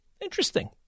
interesting